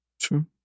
True